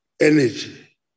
energy